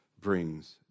brings